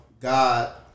God